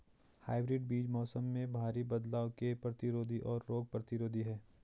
hybrid बीज मौसम में भारी बदलाव के प्रतिरोधी और रोग प्रतिरोधी हैं